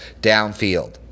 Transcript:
downfield